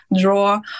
draw